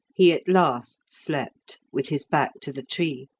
he at last slept, with his back to the tree.